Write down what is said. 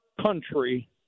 country